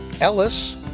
Ellis